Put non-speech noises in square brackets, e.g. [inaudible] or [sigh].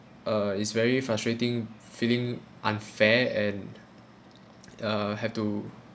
uh it's very frustrating feeling unfair and [noise] uh have to